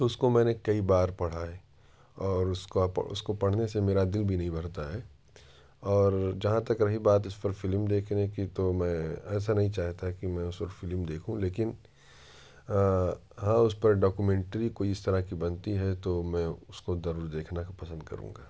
تو اس کو میں نے کئی بار پڑھا ہے اور اس کو اس کو پڑھنے سے میرا دل بھی نہیں بھرتا ہے اور جہاں تک رہی بات اس پر فلم دیکھنے کی تو میں ایسا نہیں چاہتا کہ میں اس پر فلم دیکھوں لیکن ہاں اس پر ڈاکیومینٹری کوئی اس طرح کی بنتی ہے تو میں اس کو ضرور دیکھنا پسند کروں گا